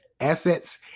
assets